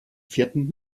vierten